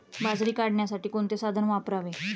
बाजरी काढण्यासाठी कोणते साधन वापरावे?